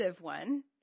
one